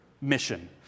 mission